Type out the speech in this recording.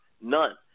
none